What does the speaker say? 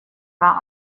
war